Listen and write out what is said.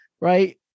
right